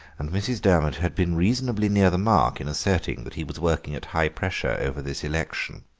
and mrs. durmot had been reasonably near the mark in asserting that he was working at high pressure over this election.